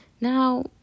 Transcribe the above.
Now